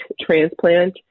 transplant